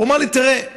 הוא אמר לי: תראה,